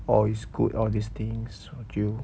all is good all these things 我就